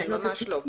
ממש לא.